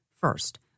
First